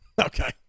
okay